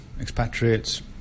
expatriates